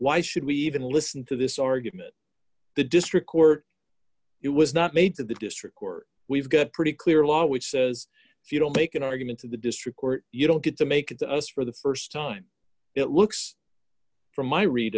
why should we even listening to this argument the district court it was not made to the district court we've got pretty clear law which says if you don't make an argument to the district court you don't get to make it to us for the st time it looks from my read